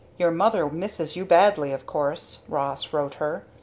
your mother misses you badly, of course, ross wrote her.